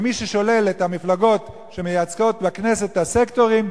מי ששולל את המפלגות שמייצגות בכנסת את הסקטורים,